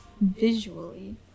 visually